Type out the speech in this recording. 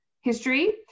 history